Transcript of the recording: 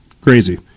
Crazy